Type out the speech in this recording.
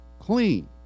clean